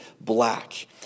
black